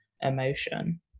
emotion